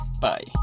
Bye